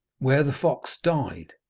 where the fox died.